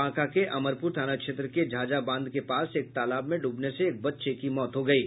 बांका के अमरपुर थाना क्षेत्र के झाझा बांध के पास एक तालाब में ड्रबने से एक बच्चे की मौत हो गयी